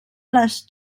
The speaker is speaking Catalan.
les